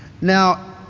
now